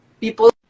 people